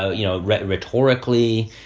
ah you know, rhetorically,